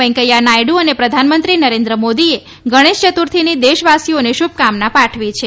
વૈંકેયા નાથડ અને પ્રધાનમંત્રી નરેન્દ્ર મોદીએ ગણેશ ચતુર્થીની દેશવાસીઓને શુભકામના પાઠવી છે